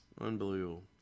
Unbelievable